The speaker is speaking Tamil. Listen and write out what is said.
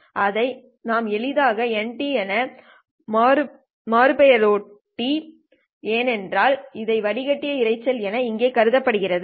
அதை நாம் எளிதாக N என மறுபெயரிட்டோம் ஏனென்றால் இதை வடிகட்டிய இரைச்சல் என இங்கே கருதப்படுகிறது